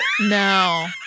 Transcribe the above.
No